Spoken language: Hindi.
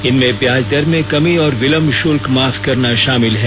इनमें ब्याज दर में कमी और विलम्ब शुल्क माफ करना शामिल हैं